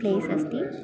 place अस्ति